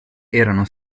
erano